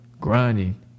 Grinding